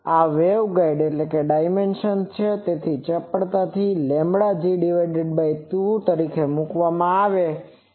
આ વેગગાઇડ્સ પરિમાણ છે જે ચપળતાથી g2 તરીકે મૂકવામાં આવે છે